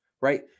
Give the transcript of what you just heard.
right